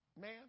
man